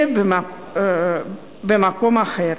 אלא במקום אחר.